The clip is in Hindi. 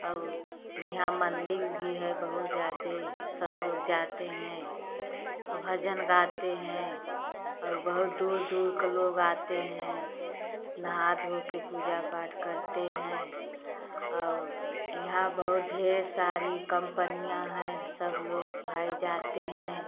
और यहाँ मंदिर भी है बहुत ज़्यादा सब लोग जाते हैं भजन गाते हैं और बहुत दूर दूर का लोग आते हैं नहा धो के पूजा पाठ करते हैं और यहाँ बहुत ढेर सारी कंपनियाँ हैं सब लोग भाई जाते हैं